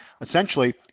essentially